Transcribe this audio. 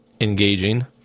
engaging